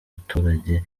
baturage